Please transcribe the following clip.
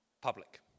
public